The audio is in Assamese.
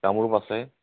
কামৰূপ আছে